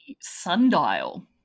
sundial